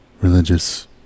religious